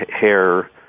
hair